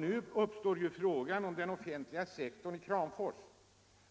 Nu uppstår frågan om den offentliga sektorn i Kramfors